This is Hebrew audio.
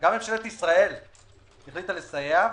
גם ממשלת ישראל החליטה לסייע,